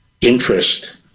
interest